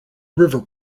river